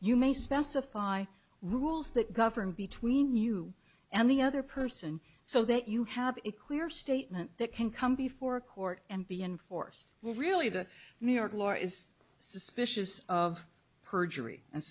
you may specify rules that govern between you and the other person so that you have a clear statement that can come before court and be enforced really the new york lawyer is suspicious of perjury and